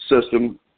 system